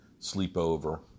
sleepover